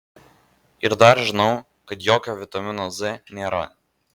ir dar žinau kad jokio vitamino z nėra